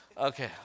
okay